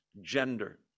Gender